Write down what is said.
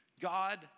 God